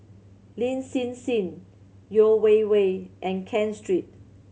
Lin Hsin Hsin Yeo Wei Wei and Ken Street